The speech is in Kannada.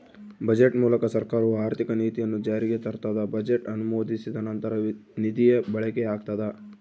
ಬಜೆಟ್ ಮೂಲಕ ಸರ್ಕಾರವು ಆರ್ಥಿಕ ನೀತಿಯನ್ನು ಜಾರಿಗೆ ತರ್ತದ ಬಜೆಟ್ ಅನುಮೋದಿಸಿದ ನಂತರ ನಿಧಿಯ ಬಳಕೆಯಾಗ್ತದ